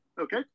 Okay